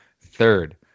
third